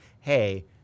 hey